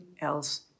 else